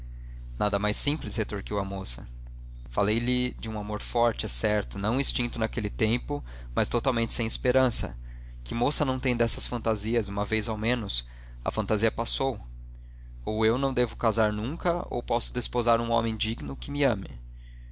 nada mais simples retorquiu a moça ah falei-lhe de um amor forte é certo não extinto naquele tempo mas totalmente sem esperança que moça não tem dessas fantasias uma vez ao menos a fantasia passou ou eu não devo casar nunca ou posso desposar um homem digno que me ame